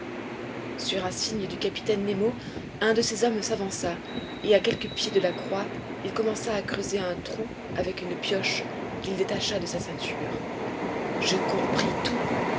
sur un signe du capitaine nemo un de ses hommes s'avança et à quelques pieds de la croix il commença à creuser un trou avec une pioche qu'il détacha de sa ceinture je compris tout